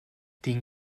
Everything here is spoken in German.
den